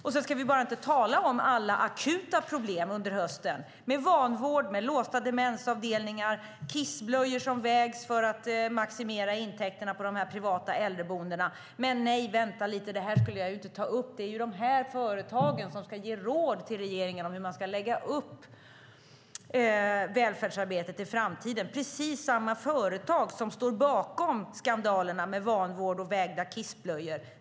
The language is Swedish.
Och vi ska bara inte tala om alla akuta problem som har varit under hösten med vanvård, låsta demensavdelningar och kissblöjor som vägs för att maximera intäkterna på de här privata äldreboendena. Nej, vänta lite! Det här skulle jag ju inte ta upp. Det är ju de här företagen som ska ge råd till regeringen om hur man ska lägga upp välfärdsarbetet i framtiden. Det är precis samma företag som står bakom skandalerna med vanvård och vägda kissblöjor.